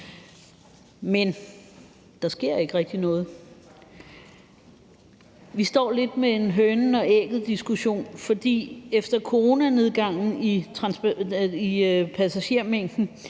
Men der sker ikke rigtig noget. Vi står lidt med en hønen eller ægget-diskussion, for efter coronanedgangen i passagermængden